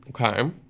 Okay